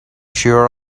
sure